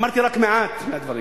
אמרתי רק מעט מהדברים.